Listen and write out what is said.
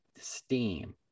steam